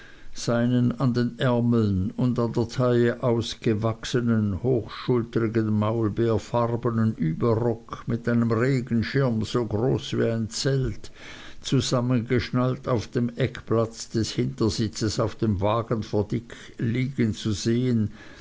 seinen an den ärmeln und an der taille ausgewachsenen hochschultrigen maulbeerfarbenen überrock mit einem regenschirm so groß wie ein zelt zusammengeschnallt auf dem eckplatz des hintersitzes auf dem wagenverdeck liegen zu sehen